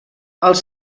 els